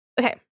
okay